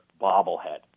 bobblehead